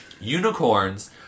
Unicorns